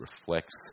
reflects